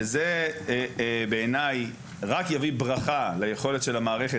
שזה בעיניי רק יביא ברכה ליכולת של המערכת